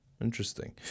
Interesting